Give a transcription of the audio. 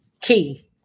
key